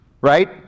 right